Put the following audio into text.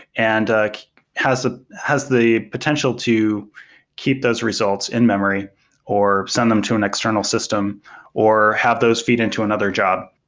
and like has ah has the potential to keep those results in-memory or send them to an external system or have those feed into another job.